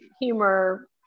humor